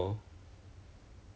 mm